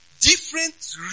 different